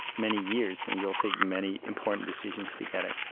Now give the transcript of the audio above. many years and you'll take many important decisions together.